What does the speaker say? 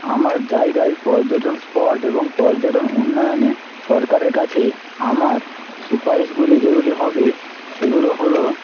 আমার জায়গায় পর্যটন স্পট এবং পর্যটন উন্নয়নে সরকারের কাছে আমার সুপারিশগুলি যেগুলি হবে সেগুলো হলো